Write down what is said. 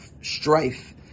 strife